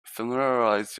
familiarize